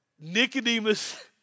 Nicodemus